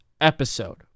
episode